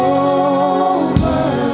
over